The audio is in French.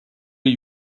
les